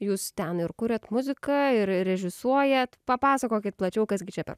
jūs ten ir kuriat muziką ir režisuojat papasakokit plačiau kas gi čia per